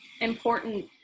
important